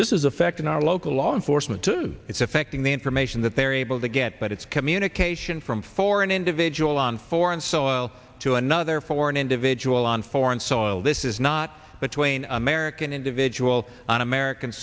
this is affecting our local law enforcement to it's affecting the information that they're able to get but it's communication from for an individual on foreign soil to another foreign individual on foreign soil this is not between american individuals on american